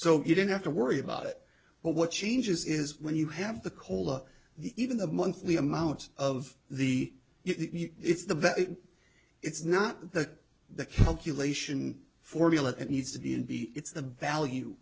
so you don't have to worry about it but what changes is when you have the cola even the monthly amount of the if it's the best it's not that the calculation formula that needs to be in b it's the value